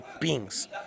beings